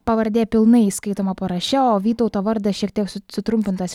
pavardė pilnai įskaitoma paraše o vytauto vardas šiek tiek su sutrumpintas